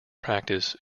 practice